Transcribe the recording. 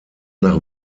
nach